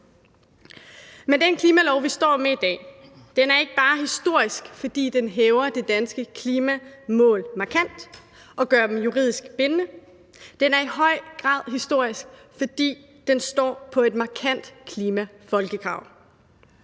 til en klimalov, som vi står med i dag, er ikke bare historisk, fordi den hæver det danske klimamål markant og gør det juridisk bindende. Den er i høj grad historisk, fordi den står på et markant klimafolkekrav.